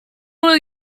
will